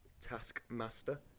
Taskmaster